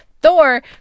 Thor